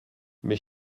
mes